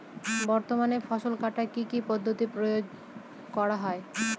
বর্তমানে ফসল কাটার কি কি পদ্ধতি প্রয়োগ করা হয়?